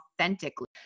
authentically